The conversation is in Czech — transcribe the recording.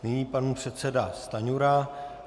Nyní pan předseda Stanjura.